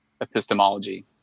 epistemology